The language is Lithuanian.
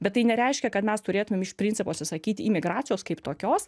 bet tai nereiškia kad mes turėtumėm iš principo atsisakyti imigracijos kaip tokios